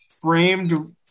framed